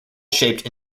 shaped